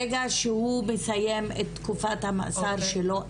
ברגע שהוא מסיים את תקופת המאסר שלו,